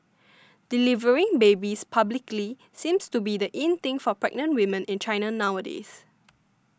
delivering babies publicly seems to be the in thing for pregnant women in China nowadays